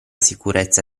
sicurezza